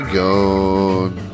gone